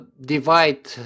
divide